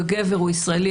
הגבר הוא ישראלי,